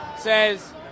says